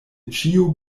ĉiu